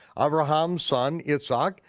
abraham's son yitzhak,